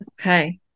Okay